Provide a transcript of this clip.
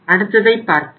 அடுத்ததைப் பார்ப்போம்